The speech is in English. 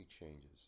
changes